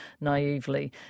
naively